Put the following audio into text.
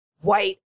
white